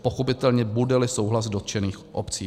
Pochopitelně, budeli souhlas dotčených obcí.